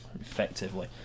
effectively